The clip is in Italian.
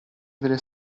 delle